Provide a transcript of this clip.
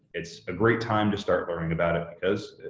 it's a great time to start learning about it because,